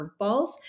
curveballs